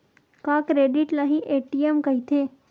का क्रेडिट ल हि ए.टी.एम कहिथे?